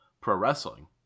pro-wrestling